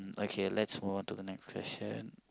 okay let's move on to the next question